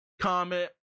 comment